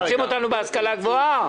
רוצים אותנו בהשכלה הגבוהה?